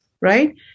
right